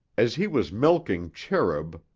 as he was milking cherub,